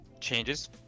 changes